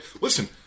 listen